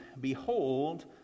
Behold